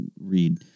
read